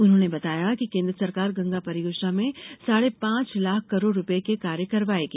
उन्होंने बताया कि केन्द्र सरकार गंगा परियोजना में साढ़े पांच लाख करोड़ रूपये के कार्य करवायेंगी